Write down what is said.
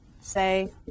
say